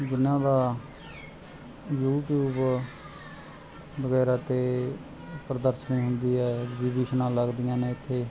ਜਿਹਨਾ ਦਾ ਯੂਟੀਊਬ ਵਗੈਰਾ ਤੇ ਪ੍ਰਦਰਸ਼ਨੀ ਹੁੰਦੀ ਆ ਐਗਜੀਬੀਸ਼ਨ ਲੱਗਦੀਆਂ ਨੇ ਇਥੇ